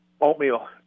Oatmeal